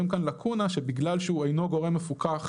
כאן לקונה שבגלל שהוא אינו גורם מפוקח